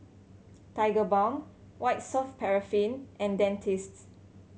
Tigerbalm White Soft Paraffin and Dentiste